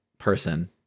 person